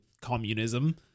communism